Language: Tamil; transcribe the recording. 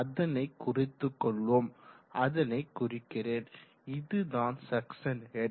அதனைக் குறித்து கொள்வோம் அதனைக் குறிக்கிறேன் இதுதான் சக்சன் ஹெட்